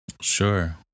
Sure